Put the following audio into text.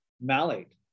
malate